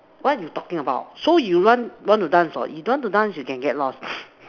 what you talking about so you want want to dance not if you don't want to dance you can get lost